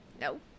No